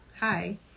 Hi